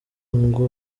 ngo